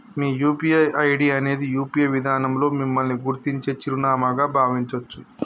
మీ UPI ID అనేది UPI విధానంలో మిమ్మల్ని గుర్తించే చిరునామాగా భావించొచ్చు